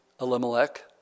Elimelech